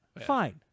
Fine